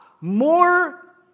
More